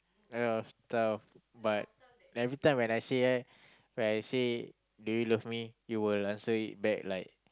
uh after but every time when I say eh when I say do you love me you will answer it back like